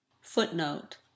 Footnote